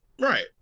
Right